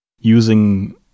using